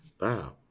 Wow